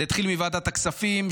זה התחיל בוועדת הכספים,